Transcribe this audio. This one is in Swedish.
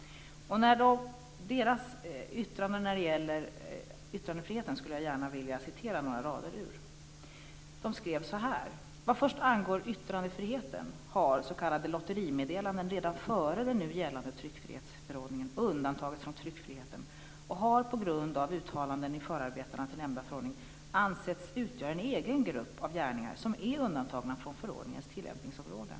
Jag vill gärna citera några rader ur Lagrådets yttrande när det gäller yttrandefriheten. Lagrådet skrev så här: "Vad först angår yttrandefriheten har s.k. lotterimeddelanden redan före den nu gällande tryckfrihetsförordningen undantagits från tryckfriheten och har på grund av uttalanden i förarbetena till nämnda förordning ansetts utgöra en egen grupp av gärningar som är undantagna från förordningens tillämpningsområde."